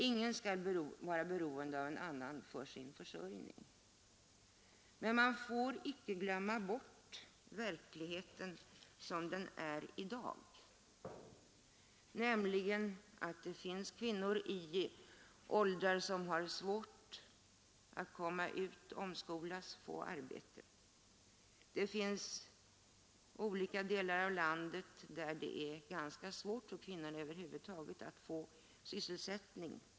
Ingen skall vara beroende av en annan för sin försörjning. Men man får icke glömma bort verkligheten som den är i dag, nämligen att det finns kvinnor i åldrar som har svårt att komma ut, omskolas, få arbete. Det finns olika delar av landet där det är ganska svårt för kvinnor över huvud taget att få Sysselsättning.